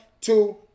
two